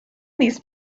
these